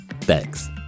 Thanks